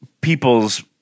people's